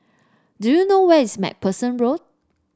do you know where is MacPherson Road